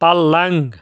پلنٛگ